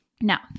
Now